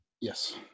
yes